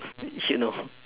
you should know